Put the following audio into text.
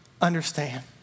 understand